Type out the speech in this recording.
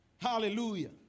Hallelujah